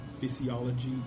physiology